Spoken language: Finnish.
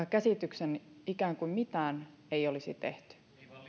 käsityksen ikään kuin mitään ei olisi tehty